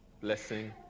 Blessing